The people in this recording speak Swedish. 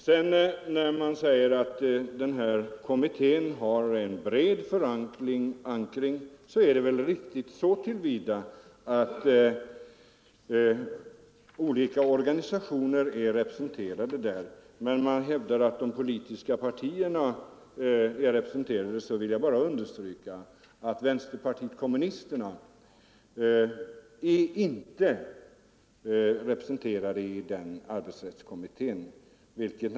När herr Eriksson i Arvika säger att denna kommitté har en bred förankring är väl det riktigt så till vida att olika organisationer är representerade i den. Men när han hävdar att de politiska partierna är representerade, vill jag bara upplysa om att vänsterpartiet kommunisterna inte är det, vilket naturligtvis är en brist.